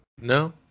No